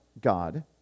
God